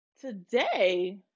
today